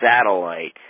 satellite